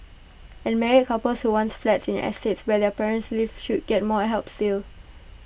and married couples who want flats in estates where their parents live should get more help still